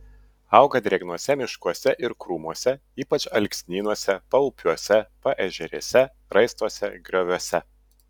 auga drėgnuose miškuose ir krūmuose ypač alksnynuose paupiuose paežerėse raistuose grioviuose